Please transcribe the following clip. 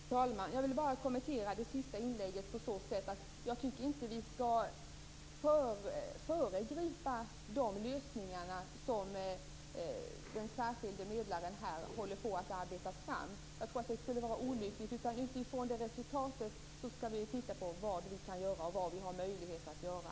Herr talman! Jag vill bara kommentera det sista inlägget på så sätt att jag inte tycker att vi skall föregripa de lösningar som den särskilde medlaren håller på att arbeta fram. Jag tror att det skulle vara olyckligt. Vi skall i stället utifrån resultatet av det arbetet titta på vad vi har möjlighet att göra.